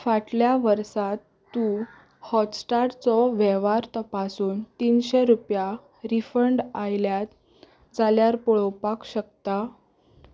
फाटल्या वर्सा तूं हॉटस्टारचो वेव्हार तपासून तिनशे रुपया रिफंड आयल्या जाल्यार पळोपाक शकता